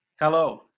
Hello